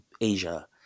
Asia